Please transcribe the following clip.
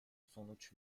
sonuç